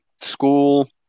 school